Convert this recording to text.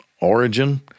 origin